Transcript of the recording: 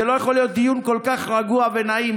זה לא יכול להיות דיון כל כך רגוע ונעים,